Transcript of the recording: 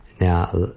now